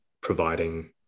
providing